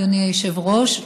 אדוני היושב-ראש,